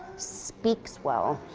speaks well.